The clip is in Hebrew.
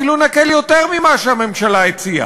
אפילו נקל יותר ממה שהממשלה הציעה,